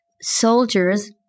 Soldiers